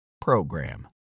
program